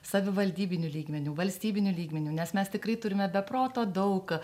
savivaldybių lygmeniu valstybiniu lygmeniu nes mes tikrai turime be proto daug